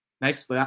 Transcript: nice